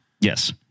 Yes